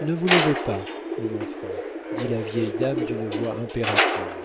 ne vous levez pas mon enfant dit la vieille dame d'une voix impérative